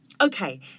Okay